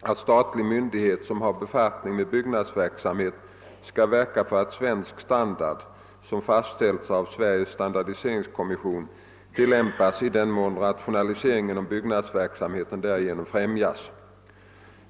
att statlig myndighet som har befattning med byggnadsverksamhet skall verka för att svensk standard, som fastställts av Sveriges stan dardiseringskommission, tillämpas i den mån rationalisering inom byggnadsverksamheten därigenom främjas.